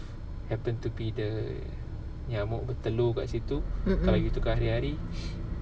happen to be the nyamuk bertelur kat situ kalau you tukar hari-hari